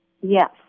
yes